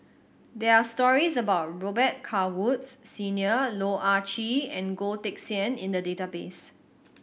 there are stories about Robet Carr Woods Senior Loh Ah Chee and Goh Teck Sian in the database